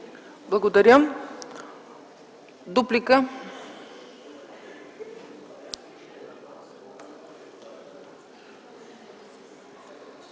Благодаря. Реплика?